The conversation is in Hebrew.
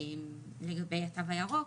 לגבי התו הירוק,